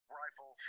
rifle